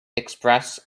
express